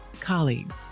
colleagues